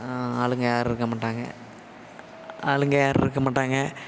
ஆளுங்கள் யாரும் இருக்க மாட்டாங்க ஆளுங்கள் யாரும் இருக்க மாட்டாங்க